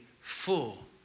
full